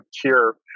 cure